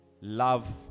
love